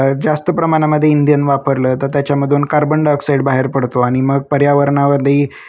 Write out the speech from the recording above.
जास्त प्रमाणामध्ये इंधन वापरलं तर त्याच्यामधून कार्बन डायऑक्साईड बाहेर पडतो आणि मग पर्यावरणामध्ये